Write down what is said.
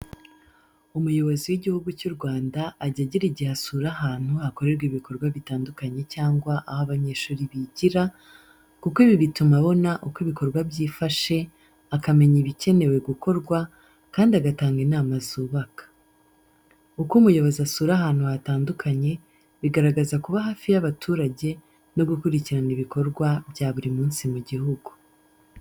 Umuyobozi w'igihugu cy'u Rwanda ajya agira igihe asura ahantu hakorerwa ibikorwa bitandukanye cyangwa aho abanyeshuri bigira, kuko ibi bituma abona uko ibikorwa byifashe, akamenya ibikenewe gukorwa, kandi agatanga inama zubaka. Uko umuyobozi asura ahantu hatandukanye, bigaragaza kuba hafi y'abaturage no gukurikirana ibikorwa bya buri munsi mu gihugu.